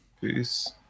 Peace